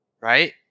right